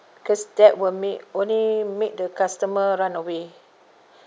because that will make only make the customer run away